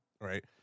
Right